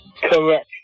Correct